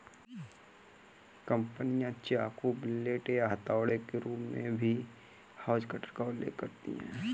कंपनियां चाकू, ब्लेड या हथौड़े के रूप में भी हेज कटर का उल्लेख करती हैं